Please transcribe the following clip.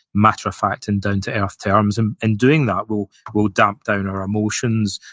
matter of fact, and down to earth terms, and and doing that will will damp down our emotions,